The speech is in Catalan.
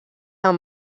del